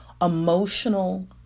emotional